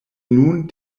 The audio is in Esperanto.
nun